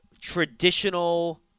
traditional